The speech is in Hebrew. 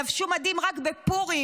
לבשו מדים רק בפורים,